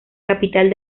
capital